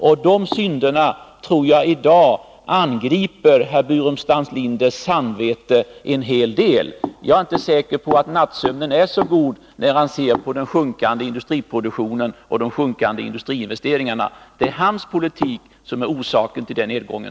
Jag tror att de synderna i dag angriper herr Burenstam Linders samvete i ganska stor utsträckning. Jag är inte säker på att Staffan Burenstam Linders nattsömn är så god, när han ser på den sjunkande industriproduktionen och de sjunkande industriinvesteringarna. Det är hans politik som är orsaken till den nedgången.